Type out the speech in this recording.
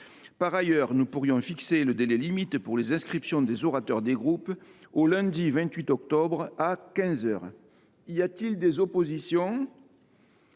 Par ailleurs, nous pourrions fixer le délai limite pour l’inscription des orateurs des groupes au lundi 28 octobre à quinze heures. Y a t il des oppositions ?…